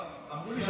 אקרא את